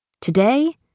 Today